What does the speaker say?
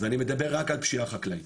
ואני מדבר רק על פשיעה חקלאית,